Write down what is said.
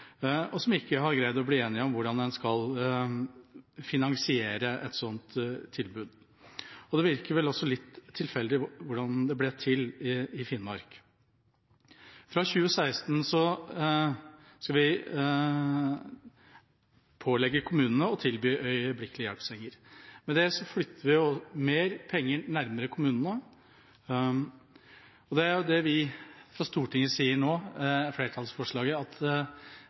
regjering som ikke har klart å bli enig om hvordan en skal finansiere et sånt tilbud. Det virker vel også litt tilfeldig hvordan det ble til i Finnmark. Fra 2016 skal vi pålegge kommunene å tilby øyeblikkelig hjelp-senger. Med det flytter vi mer penger nærmere kommunene. Det er det vi nå sier med dette flertallsforslaget, at